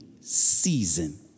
season